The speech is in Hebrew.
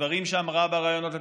מהדברים שאמרה בראיונות לתקשורת,